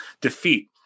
defeat